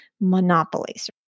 monopolies